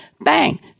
Bang